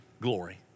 glory